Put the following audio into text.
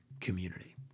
community